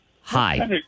Hi